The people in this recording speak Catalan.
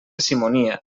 simonia